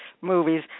movies